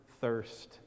thirst